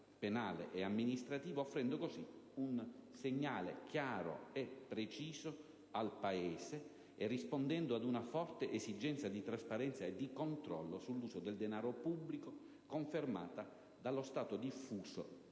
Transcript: penale ed amministrativo, offrendo così un segnale chiaro e preciso al Paese e rispondendo ad una forte esigenza di trasparenza e di controllo sull'uso del denaro pubblico, confermata dallo stato di diffuso